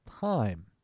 time